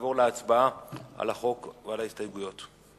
נעבור להצבעה על החוק ועל ההסתייגויות,